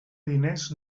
diners